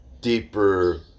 deeper